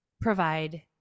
provide